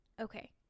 Okay